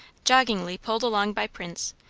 joggingly pulled along by prince,